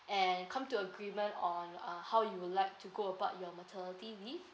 and come to agreement on uh how you would like to go about your maternity leave